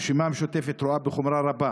הרשימה המשותפת רואה בחומרה רבה